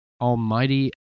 Almighty